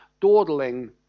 dawdling